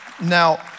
now